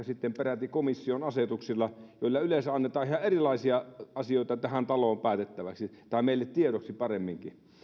sitten peräti komission asetuksilla joilla yleensä annetaan ihan erilaisia asioita tähän taloon päätettäväksi tai meille tiedoksi paremminkin